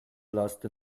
lost